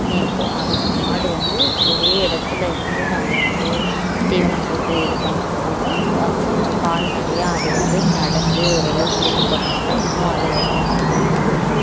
மேய்ப்போம் அது வ மாடு வந்து ஒரே இடத்துல இருந்து நாம் வந்து தீவனம் போட்டு இது பண்ணுறத விட கொஞ்சம் கால்நடையாக அது வந்து நடந்து ஓரளவுக்கு இது பண்ணிச்சின்னா இன்னும் அது உடம்புக்கு வந்து ரொம்ப நல்லது